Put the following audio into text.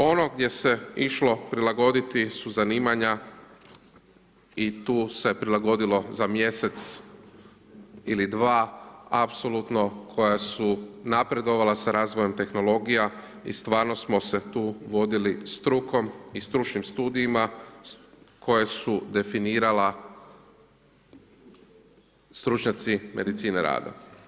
Ono gdje se je išlo prilagoditi su zanimanja i tu se prilagodilo za mjesec ili dva apsolutno koja su napredovala s razvojem tehnologija i stvarno smo se tu vodili strukom i stručnim studijima, koje su definirala stručnjaci medicine rada.